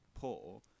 poor